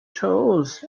tools